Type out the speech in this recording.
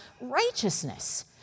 righteousness